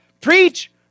preach